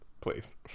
please